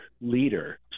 leader